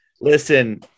listen